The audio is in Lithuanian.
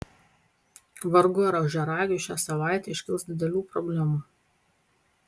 vargu ar ožiaragiui šią savaitę iškils didelių problemų